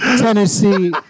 Tennessee